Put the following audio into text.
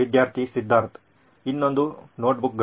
ವಿದ್ಯಾರ್ಥಿ ಸಿದ್ಧಾರ್ಥ್ ಇನ್ನೊಂದು ನೋಟ್ಬುಕ್ಗಳು